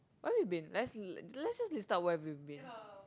where we've been let's see let's just list out where we've been